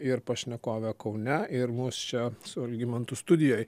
ir pašnekovę kaune ir mus čia su algimantu studijoj